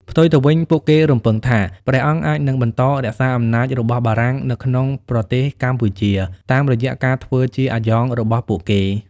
ផ្ទុយទៅវិញ ពួកគេរំពឹងថា ព្រះអង្គអាចនឹងបន្តរក្សាអំណាចរបស់បារាំងនៅក្នុងប្រទេសកម្ពុជា តាមរយៈការធ្វើជាអាយ៉ងរបស់ពួកគេ។